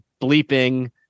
bleeping